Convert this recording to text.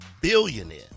billionaire